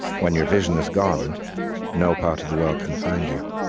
when your vision has gone no part of the world can find you.